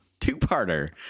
two-parter